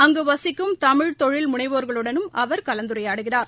அங்கும் வசிக்கும் தமிழ் தொழில் முனைவோர்களுடனம் அவர் கலந்துரையாடுகிறார்